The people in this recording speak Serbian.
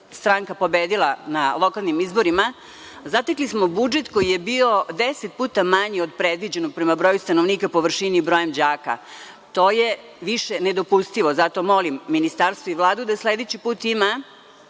je SNS pobedila na lokalnim izborima, zatekli smo budžet koji je bio deset puta manji od predviđenog prema broju stanovnika, površini i brojem đaka. To je više nedopustivo. Zato molim Ministarstvo i Vladu da sledeći put ima,